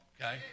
okay